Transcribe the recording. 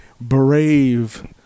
brave